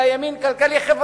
אלא ימין כלכלי-חברתי,